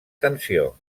tensió